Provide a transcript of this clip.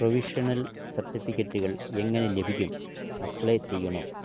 provisional സർട്ടിഫിക്കറ്റുകൾ എങ്ങനെ ലഭിക്കും അപ്ലൈ ചെയ്യണമോ